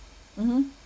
mmhmm